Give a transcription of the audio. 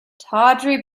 tawdry